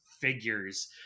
figures